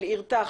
של אירתח,